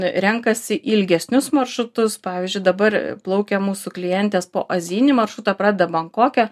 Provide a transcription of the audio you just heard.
renkasi ilgesnius maršrutus pavyzdžiui dabar plaukia mūsų klientės po azijinį maršrutą pradeda bankoke